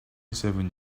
seven